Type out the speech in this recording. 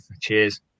cheers